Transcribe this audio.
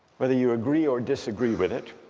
whether you agree or disagree with it,